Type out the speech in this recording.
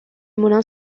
moulin